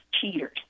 cheaters